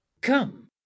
Come